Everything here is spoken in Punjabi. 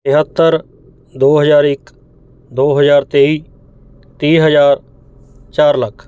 ਤਿਹੱਤਰ ਦੋ ਹਜ਼ਾਰ ਇੱਕ ਦੋ ਹਜ਼ਾਰ ਤੇਈ ਤੀਹ ਹਜ਼ਾਰ ਚਾਰ ਲੱਖ